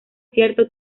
cierto